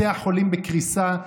בתי החולים בקריסה,